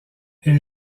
est